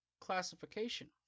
classification